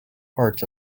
parts